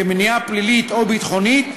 כמניעה פלילית או ביטחונית,